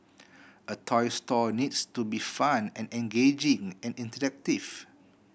a toy store needs to be fun and engaging and interactive